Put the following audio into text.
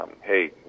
hey